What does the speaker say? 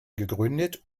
gegründet